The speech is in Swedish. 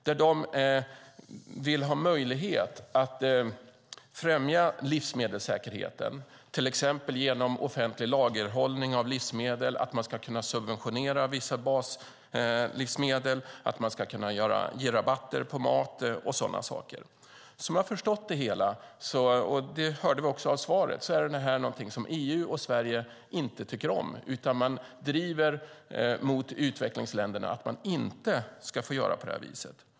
De vill ha möjlighet att främja livsmedelsäkerheten till exempel genom offentlig lagerhållning av livsmedel och att man ska kunna subventionera vissa baslivsmedel, ge rabatter på mat och sådana saker. Som jag förstått det hela - och det hörde vi också av svaret - är det någonting som EU och Sverige inte tycker om. Man driver mot utvecklingsländerna att de inte ska få göra på det viset.